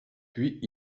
puis